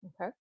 okay